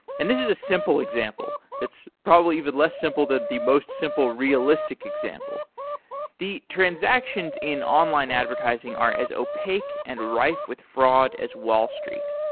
and this is a simple example. it's probably even less simple than the most simple realistic example the transactions in online advertising are as opaque and rife with fraud as wall street,